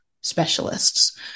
specialists